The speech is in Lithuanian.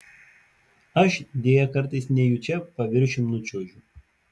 aš deja kartais nejučia paviršium nučiuožiu